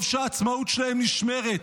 טוב שהעצמאות שלהם נשמרת.